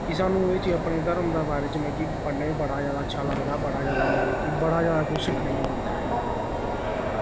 कि सानूं एह् चीज अपने धर्म दे बारे च मतलब कि पढ़ने गी बड़ा जादा अच्छा लगदा बड़ा जादा मतलब कि बड़ा जादा कुछ सिक्खने गी मिलदा ऐ